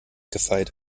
gefeit